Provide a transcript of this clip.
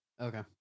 Okay